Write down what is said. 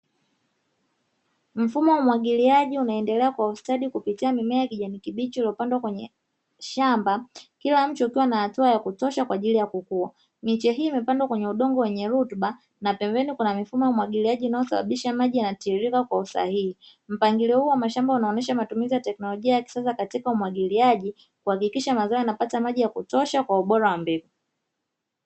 Mfumo wa umwagiliaji unaendelea kwa ustadi kupitia mimea ya kijani kibichi iliyopandwa kwenye shamba kila mche ukiwa na hatua ya kutosha kwa ajiri ya kukua miche hii imepandwa kwenye udongo wenye rutuba na pembeni kuna mfumo wa umwagiliaji unaosababisha maji yanayotiririka kwa usahihi. Mpangilio huu wa mashamba unaonesha tekinologia ya kisasa katika umwagiliaji kuhakikisha mazao yanapata maji ya kutosha kulingana na ubora wa mbegu.